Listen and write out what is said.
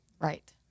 Right